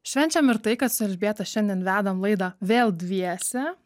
švenčiam ir tai kad su elžbieta šiandien vedam laidą vėl dviese